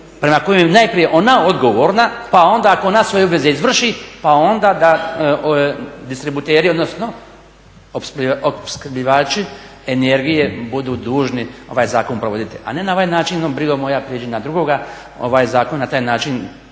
prema kojem je ona najprije odgovorna pa onda ako ona svoje obveze izvrši pa onda da distributeri odnosno opskrbljivači energije budu dužni ovaj zakon provoditi. A ne na ovaj način brigo moja pređi na drugoga. Ovaj zakon na taj način